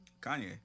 Kanye